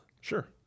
Sure